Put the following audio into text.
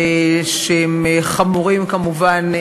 שגם הם חמורים כמובן.